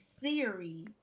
theory